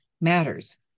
matters